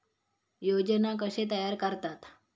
योजना कशे तयार करतात?